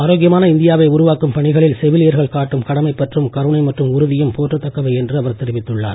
ஆரோக்கியமான இந்தியாவை உருவாக்கும் பணிகளில் செவிலியர்கள் காட்டும் கடமைப் பற்றும் கருணை மற்றும் உறுதியும் போற்றத் தக்கவை என்று அவர் தெரிவித்துள்ளார்